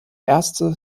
erste